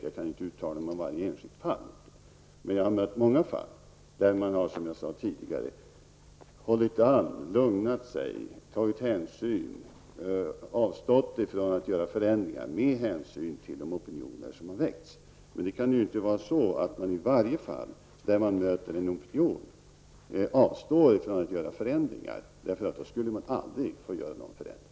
Jag kan inte uttala mig om varje enskilt fall, men många gånger har man, som jag sade tidigare, hållit an, lugnat sig och avstått från att göra förändringar, med hänsyn till de opinioner som har väckts. Men det kan ju inte vara så att man i varje fall där man möter en opinion avstår från att göra förändringar. Då skulle man aldrig få göra någon förändring.